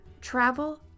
travel